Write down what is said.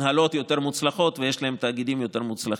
הנהלות יותר מוצלחות ויש להם תאגידים יותר מוצלחים.